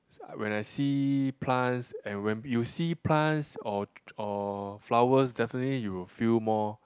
when I see plants and when you see plants or or flowers definitely you will feel more